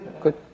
Good